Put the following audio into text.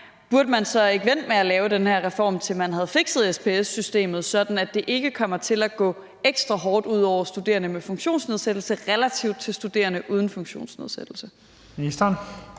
Burde man så ikke vente med at lave den her reform, til man havde fikset SPS-systemet, sådan at det ikke kommer til at gå ekstra hårdt ud over studerende med funktionsnedsættelse i relation til studerende uden funktionsnedsættelse? Kl.